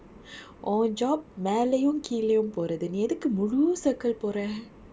உன்:un job மேலையும் கீழையும் போறது நீ எதுக்கு முழு:melaiyum keelaiyum porathu nee ethuku muzhu circle போறே:porae